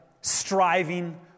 striving